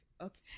okay